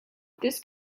this